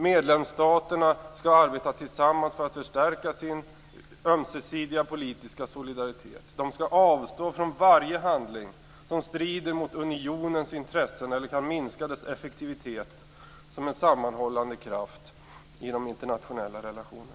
Medlemsstaterna skall arbeta tillsammans för att förstärka sin ömsesidiga politiska solidaritet. De skall avstå från varje handling som strider mot unionens intressen eller som kan minska dess effektivitet som en sammanhållande kraft genom internationella relationer.